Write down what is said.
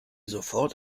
sofort